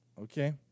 okay